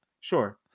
sure